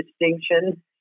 distinction